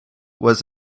was